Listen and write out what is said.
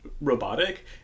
robotic